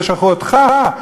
בשביל זה שלחו אתכם,